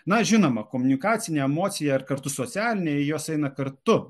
na žinoma komunikacinę emociją ar kartu socialinė jos eina kartu